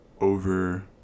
over